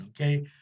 Okay